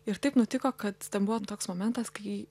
ir taip nutiko kad ten buvo toks momentas kai